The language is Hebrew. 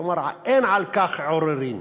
כלומר, אין על כך עוררין.